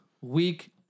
week